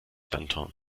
danton